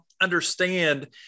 understand